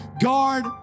guard